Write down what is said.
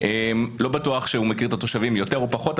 לא בטוח שהוא מכיר את התושבים יותר או פחות.